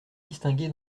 distingué